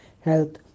health